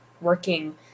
working